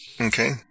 Okay